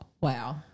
Wow